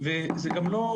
זה בהחלט מרשים.